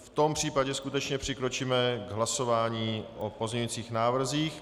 V tom případě skutečně přikročíme k hlasování o pozměňovacích návrzích.